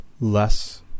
less